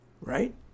right